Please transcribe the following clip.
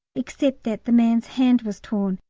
except that the man's hand was torn,